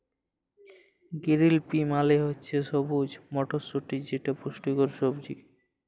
গিরিল pea মালে হছে সবুজ মটরশুঁটি যেট পুষ্টিকর সবজি